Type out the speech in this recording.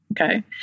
Okay